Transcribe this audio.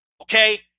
okay